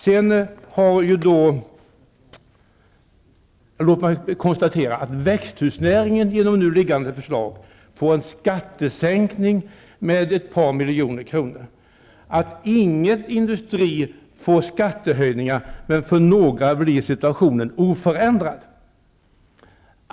Genom nu liggande förslag får växthusnäringen en skattesänkning med ett par miljoner kronor. Ingen industri får skattehöjningar, men för några blir situationen oförändrad.